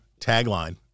tagline